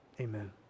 Amen